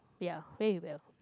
ya